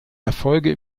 erfolge